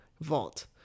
vault